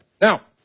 Now